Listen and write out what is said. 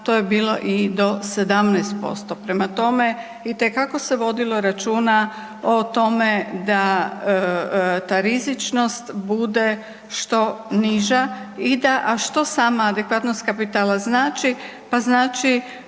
to je bilo i do 17%. Prema tome, itekako se vodilo računa o tome da ta rizičnost bude što niža i da, a što sama adekvatnost kapitala znači? Pa znači